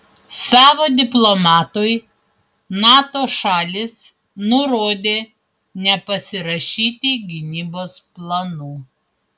savo diplomatui nato šalis nurodė nepasirašyti gynybos planų